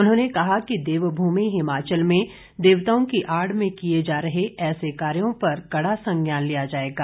उन्होंने कहा कि देवभूमि हिमाचल में देवताओं की आड़ में किए जा रहे ऐसे कायों पर कड़ा संज्ञान लिया जाएगा